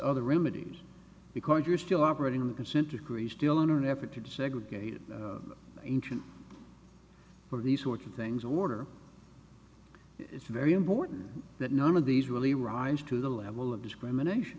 other remedies because you're still operating in the consent decree still in an effort to desegregate ancient for these sorts of things order it's very important that none of these really rise to the level of discrimination